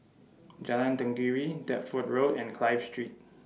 Jalan Tenggiri Deptford Road and Clive Street